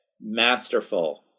masterful